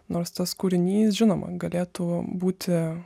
nors tas kūrinys žinoma galėtų būti